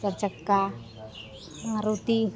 चारि चक्का मारुती